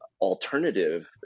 alternative